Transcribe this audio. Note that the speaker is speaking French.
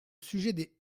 sujet